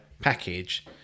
package